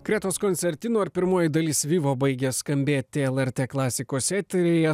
kretos koncertinų ar pirmoji dalis vivo baigė skambėti lrt klasikos eteryje